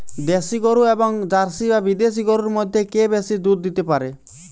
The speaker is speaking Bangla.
দেশী গরু এবং জার্সি বা বিদেশি গরু মধ্যে কে বেশি দুধ দিতে পারে?